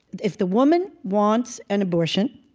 if the woman wants an abortion,